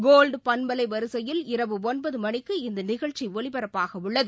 கோல்டுபண்பலைவரிசையில் இரவு ஒன்பதுமணிக்கு இந்தநிகழ்ச்சிஒலிபரப்பாகஉள்ளது